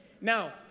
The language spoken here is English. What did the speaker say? Now